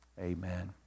Amen